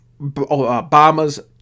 Obama's